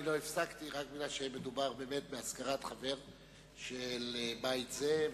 אני לא הפסקתי רק בגלל שמדובר באמת בהזכרת חבר בבית זה,